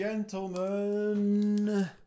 Gentlemen